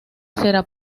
será